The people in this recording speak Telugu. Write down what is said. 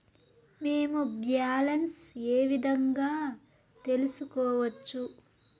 మేము బ్యాలెన్స్ ఏ విధంగా తెలుసుకోవచ్చు?